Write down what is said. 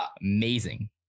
Amazing